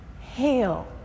Hail